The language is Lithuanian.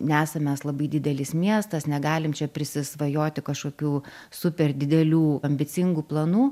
nesam mes labai didelis miestas negalim čia prisisvajoti kažkokių super didelių ambicingų planų